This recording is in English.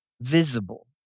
visible